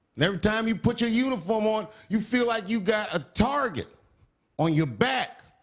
and every time you put your uniform on, you feel like you've got a target on your back.